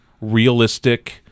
realistic